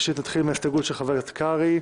נתחיל עם ההסתייגות של חבר הכנסת קרעי.